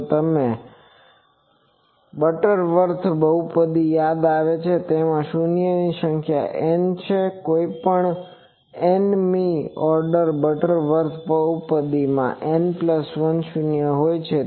જો તમને બટરવર્થ બહુપદી યાદ આવે છે કે તેમાં શૂન્યની સંખ્યા n છે કોઈપણ n મી ઓર્ડર બટરવર્થ બહુપદી માં n 1 શૂન્ય હોય છે